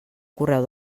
correu